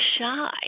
shy